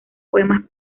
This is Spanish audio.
poemas